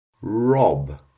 rob